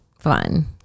fun